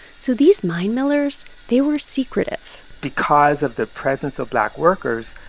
so these mine millers, they were secretive because of the presence of black workers,